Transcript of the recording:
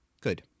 Good